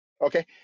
Okay